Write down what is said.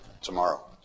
tomorrow